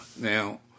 Now